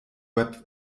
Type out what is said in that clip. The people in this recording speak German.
web